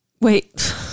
Wait